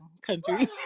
country